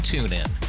TuneIn